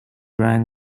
rang